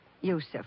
yusuf